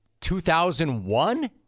2001